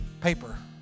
paper